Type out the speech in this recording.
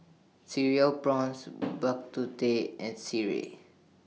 Cereal Prawns Bak Kut Teh and Sireh